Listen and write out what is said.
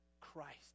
Christ